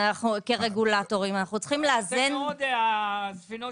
כרגולטורים אנו צריכים לאזן- -- הספינות